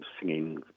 singing